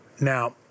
Now